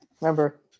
Remember